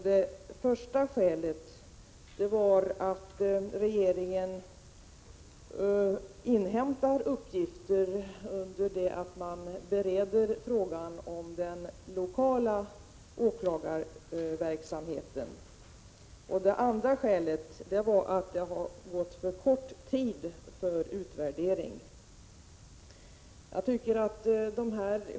Det första skälet var att regeringen inhämtar uppgifter under det att frågan om den lokala åklagarverksamheten bereds. Det andra skälet var att det har gått för kort tid för att man skall kunna göra en utvärdering.